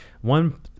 one